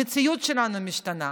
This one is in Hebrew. המציאות שלנו משתנה.